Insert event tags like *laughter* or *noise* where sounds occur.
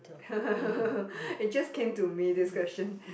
*laughs* it just came to me this question